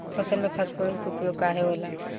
फसल में फास्फोरस के उपयोग काहे होला?